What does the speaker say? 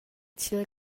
thil